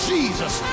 Jesus